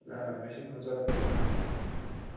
نہ نہ مےٚ چھنہ وۄنۍ ضرورت یہِ